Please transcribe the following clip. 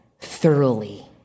thoroughly